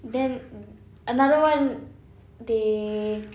then another one they